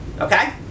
Okay